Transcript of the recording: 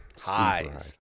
highs